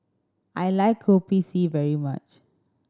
I like Kopi C very much